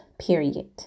period